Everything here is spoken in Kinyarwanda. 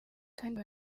kandi